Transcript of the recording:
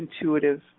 intuitive